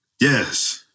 Yes